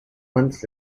months